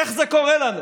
איך זה קורה לנו?